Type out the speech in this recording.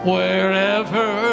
Wherever